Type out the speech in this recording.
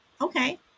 Okay